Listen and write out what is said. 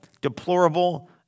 deplorable